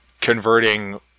converting